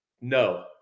no